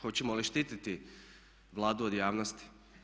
Hoćemo li štititi Vladu od javnosti?